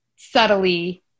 subtly